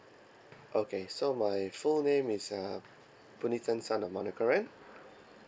okay so my full name is uh punithan son of mahnakaran